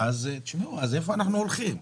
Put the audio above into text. לאן אנחנו הולכים?